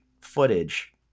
footage